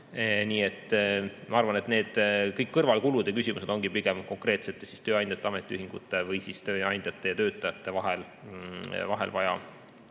Nii et ma arvan, et kõik kõrvalkulude küsimused ongi pigem konkreetsete tööandjate ja ametiühingute või tööandjate ja töötajate vahel vaja